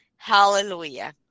Hallelujah